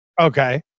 Okay